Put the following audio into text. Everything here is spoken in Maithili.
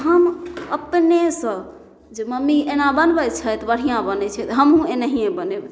हम अपनेसँ जे मम्मी एना बनबै छथि बढ़िऑं बनै छथि हमहुँ एनाहिये बनेबै